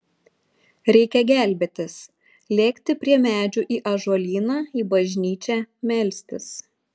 reikia gelbėtis lėkti prie medžių į ąžuolyną į bažnyčią melstis